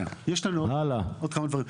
יש לנו עוד כמה דברים.